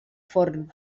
forn